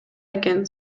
экен